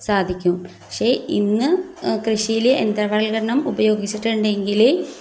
സാധിക്കും പക്ഷെ ഇന്ന് കൃഷിയിൽ യന്ത്രവൽക്കരണം ഉപയോഗിച്ചിട്ടുണ്ടെങ്കിൽ